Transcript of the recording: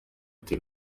itel